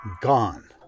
Gone